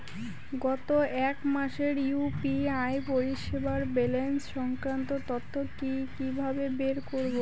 গত এক মাসের ইউ.পি.আই পরিষেবার ব্যালান্স সংক্রান্ত তথ্য কি কিভাবে বের করব?